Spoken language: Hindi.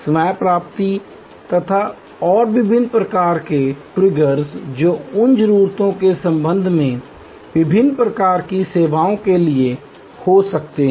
स्व प्राप्ति तक और विभिन्न प्रकार के ट्रिगर्स जो उन जरूरतों के संबंध में विभिन्न प्रकार की सेवाओं के लिए हो सकते हैं